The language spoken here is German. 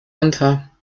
unter